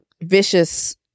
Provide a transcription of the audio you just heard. vicious